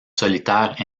solitaires